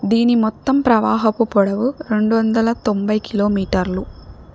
దీని మొత్తం ప్రవాహపు పొడవు రెండు వందల తొంభై కిలోమీటర్లు